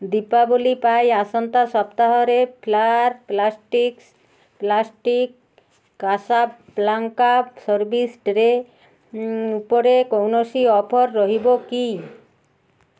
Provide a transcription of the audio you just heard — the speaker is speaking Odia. ଦୀପାବଳି ପାଇଁ ଆସନ୍ତା ସପ୍ତାହରେ Flair plastics plastic Casablanca service tray ଉପରେ କୌଣସି ଅଫର୍ ରହିବ କି